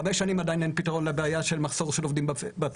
חמש שנים עדיין אין פתרון למחסור של עובדים בפריפריה.